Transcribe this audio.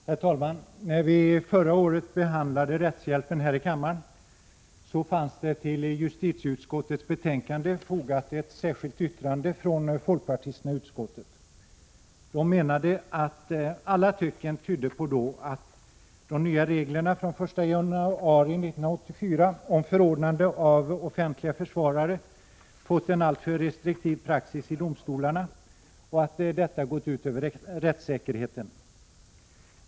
Herr talman! När vi förra året behandlade rättshjälpen i kammaren fanns det till justitieutskottets betänkande fogat ett särskilt yttrande från folkpartisterna i utskottet. De menade att alla tecken tydde på att de nya reglerna från den 1 januari 1984 om förordnande av offentliga försvarare fått en alltför restriktiv praxis i domstolarna och att detta gått ut över rättssäkerheten.